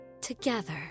together